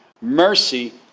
Mercy